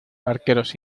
barqueros